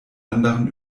anderen